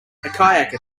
kayaker